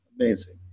Amazing